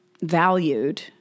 valued